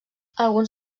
alguns